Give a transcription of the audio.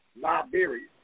Liberia